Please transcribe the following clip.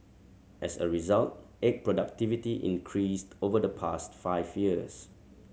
as a result egg productivity increased over the past five years